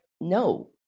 no